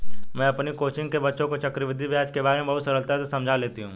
मैं अपनी कोचिंग के बच्चों को चक्रवृद्धि ब्याज के बारे में बहुत सरलता से समझा लेती हूं